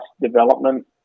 development